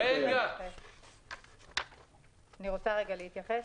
אני מבקשת להתייחס.